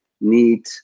need